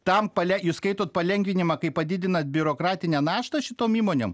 tam pale jūs skaitot palengvinimą kai padidinat biurokratinę naštą šitom įmonėm